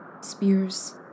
Spears